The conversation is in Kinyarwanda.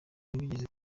ntibigeze